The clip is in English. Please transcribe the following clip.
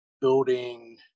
building